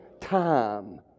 Time